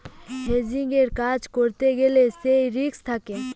হেজিংয়ের কাজ করতে গ্যালে সে রিস্ক থাকে